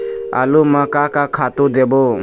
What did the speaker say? आलू म का का खातू देबो?